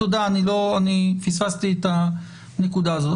תודה, אני פספסתי את הנקודה הזאת.